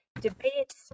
debates